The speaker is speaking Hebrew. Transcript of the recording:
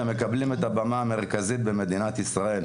והם מקבלים את הבמה המרכזית במדינת ישראל.